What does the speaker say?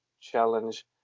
challenge